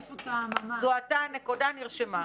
זוהתה הנקודה, נרשמה.